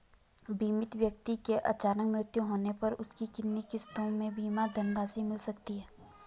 बीमित व्यक्ति के अचानक मृत्यु होने पर उसकी कितनी किश्तों में बीमा धनराशि मिल सकती है?